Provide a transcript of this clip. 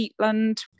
peatland